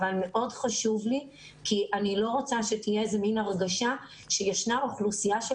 אבל מאוד חשוב לי כי אני לא רוצה שתהיה מין הרגשה שישנה אוכלוסייה של